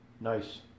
Nice